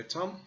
Tom